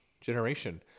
generation